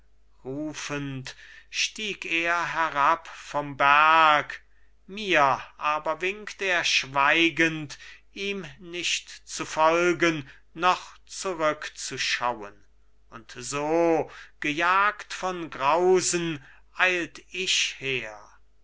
rufend stieg er herab vom berg mir aber winkt er schweigend ihm nicht zu folgen noch zurückzuschauen und so gejagt von grausen eilt ich her